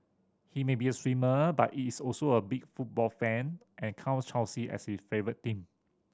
he may be a swimmer but he is also a big football fan and counts Chelsea as his favourite team